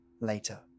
later